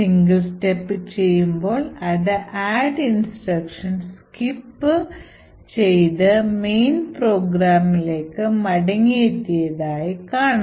single step ചെയ്യുമ്പോൾ അത് add instruction skip ചെയ്തു main പ്രോഗ്രാമിലേക്ക് മടങ്ങിയതായി കാണാം